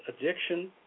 addiction